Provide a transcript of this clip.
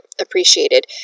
appreciated